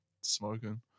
smoking